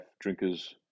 drinkers